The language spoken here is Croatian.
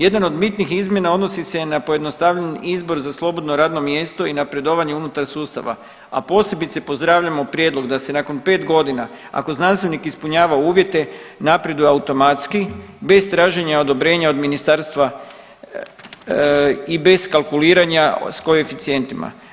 Jedan od bitnih izmjena odnosi se na pojednostavljen izbor za slobodno radno mjesto i napredovanje unutar sustava, a posebice pozdravljamo prijedlog da se nakon pet godina ako znanstvenih ispunjava uvjete napreduje automatski bez traženja odobrenja od ministarstva i bez kalkuliranja s koeficijentima.